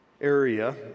area